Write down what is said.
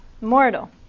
mortal